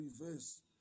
reverse